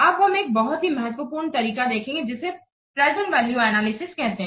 अब हम एक बहुत ही महत्वपूर्ण तरीका देखेंगे जिसे प्रेजेंट वैल्यू एनालिसिस कहते हैं